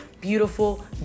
beautiful